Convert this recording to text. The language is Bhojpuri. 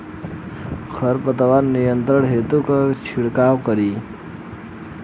खर पतवार नियंत्रण हेतु का छिड़काव करी?